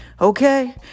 Okay